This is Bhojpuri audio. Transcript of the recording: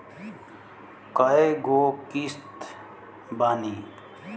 कय गो किस्त बानी?